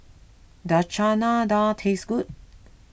does Chana Dal taste good